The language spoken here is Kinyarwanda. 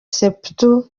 sepetu